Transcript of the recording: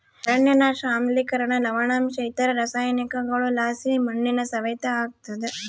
ಅರಣ್ಯನಾಶ ಆಮ್ಲಿಕರಣ ಲವಣಾಂಶ ಇತರ ರಾಸಾಯನಿಕಗುಳುಲಾಸಿ ಮಣ್ಣಿನ ಸವೆತ ಆಗ್ತಾದ